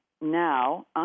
now